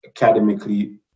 academically